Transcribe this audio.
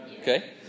okay